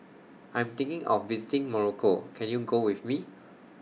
I'm thinking of visiting Morocco Can YOU Go with Me